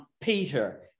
peter